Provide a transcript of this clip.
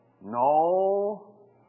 No